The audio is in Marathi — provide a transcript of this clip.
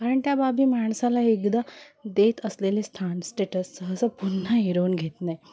कारण त्या बाबी माणसाला एकदा देत असलेले स्थान स्टेटस सहसा पुन्हा हिरावून घेत नाही